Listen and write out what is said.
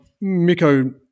Miko